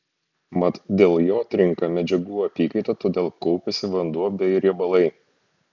mat dėl jo trinka medžiagų apykaita todėl kaupiasi vanduo bei riebalai